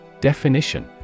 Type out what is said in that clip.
Definition